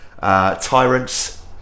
Tyrants